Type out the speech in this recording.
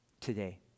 today